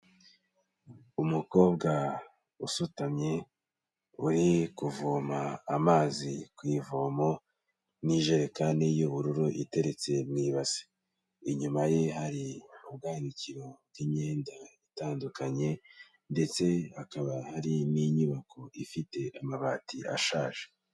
Umukobwa usutamye, uri kuvoma amazi ku ivomamo n'ijerekani y'ubururu iteretse mu ibasi, inyuma ye hari ubwanikiro bw'imyenda itandukanye ndetse hakaba hari n'inyubako ifite amabati ashaje.